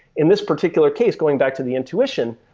in this particular case, going back to the intuition,